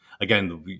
again